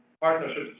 partnerships